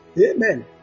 Amen